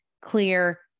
clear